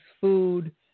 food